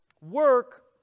Work